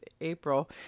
april